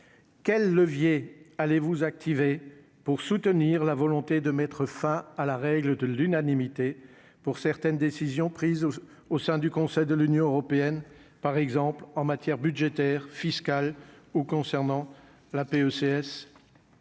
Quels leviers allez-vous activez pour soutenir la volonté de mettre fin à la règle de l'unanimité pour certaines décisions prises au sein du Conseil de l'Union européenne, par exemple en matière budgétaire, fiscale oh concernant la paix